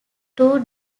two